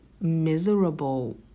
miserable